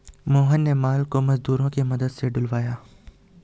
मोहन ने माल को मजदूरों के मदद से ढूलवाया